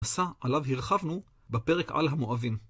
המסע עליו הרחבנו בפרק על המואבים.